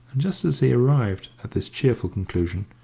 just as he arrived at this cheerful conclusion,